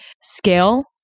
scale